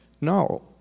No